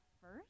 first